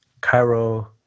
Cairo